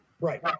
Right